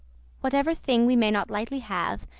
whatever thing we may not lightly have,